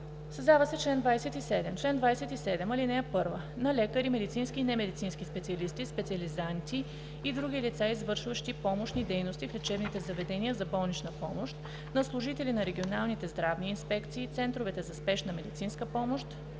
Създава се чл. 27: „Чл. 27. (1) На лекари, медицински и немедицински специалисти, специализанти и други лица, извършващи помощни дейности в лечебните заведения за болнична помощ, на служители на регионалните здравни инспекции, центровете за спешна медицинска помощ